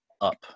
up